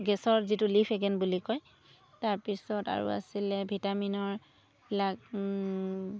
গেছৰ যিটো বুলি কয় তাৰ পিছত আৰু আছিলে ভিটামিনৰবিলাক